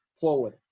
forward